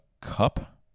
Cup